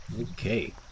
Okay